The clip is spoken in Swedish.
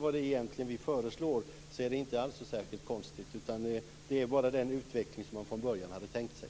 Vad vi föreslår är inte alls något konstigt. Det är bara den utveckling som man från början hade tänkt sig.